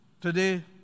Today